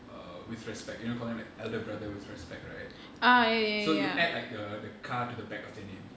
err with respect you wanna call them like elder brother with respect right so you add like the the கா:kaa to the back of their name